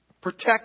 Protect